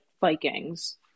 vikings